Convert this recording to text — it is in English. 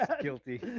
guilty